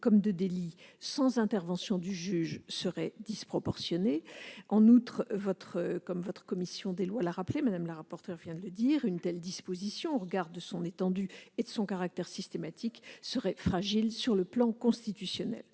comme de délit sans intervention du juge serait disproportionnée. En outre, comme votre commission des lois l'a rappelé, une telle disposition, au regard de son étendue et de son caractère systématique, serait fragile sur le plan constitutionnel.